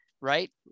right